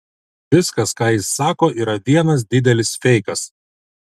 viskas ką jis sako yra vienas didelis feikas